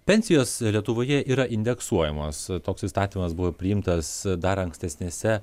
pensijos lietuvoje yra indeksuojamos toks įstatymas buvo priimtas dar ankstesnėse